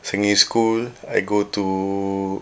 secondary school I go to